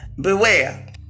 beware